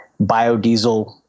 biodiesel